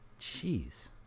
Jeez